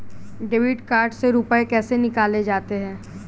Debit card से रुपये कैसे निकाले जाते हैं?